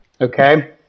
Okay